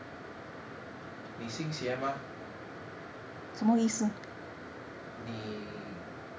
你信邪吗你